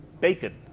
bacon